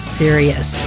serious